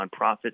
nonprofits